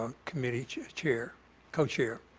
committee chair chair co-chair.